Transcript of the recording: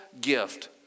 gift